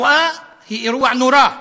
השואה היא אירוע נורא,